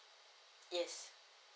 yes